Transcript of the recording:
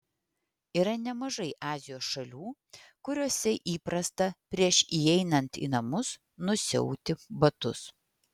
yra nemažai azijos šalių kuriose įprasta prieš įeinant į namus nusiauti batus